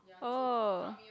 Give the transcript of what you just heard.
oh